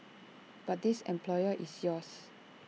but this employer is yours